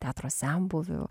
teatro senbuvių